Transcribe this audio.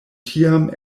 tiam